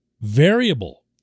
variable